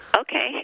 Okay